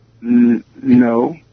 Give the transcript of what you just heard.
no